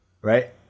right